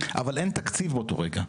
אבל אין תקציב באותו רגע.